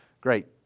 great